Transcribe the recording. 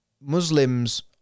Muslims